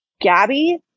Gabby